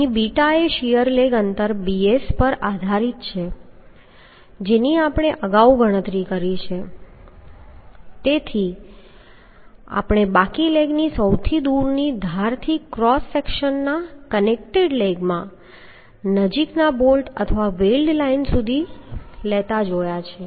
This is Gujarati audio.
અહીં બીટા એ શીયર લેગ અંતર bs પર આધારિત છે જેની આપણે અગાઉ ગણતરી કરી છે જે આપણે બાકી લેગની સૌથી દૂરની ધારથી ક્રોસ સેક્શનના કનેક્ટેડ લેગમાં નજીકના બોલ્ટ અથવા વેલ્ડ લાઇન સુધી લેતા જોયા છે